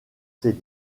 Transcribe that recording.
ses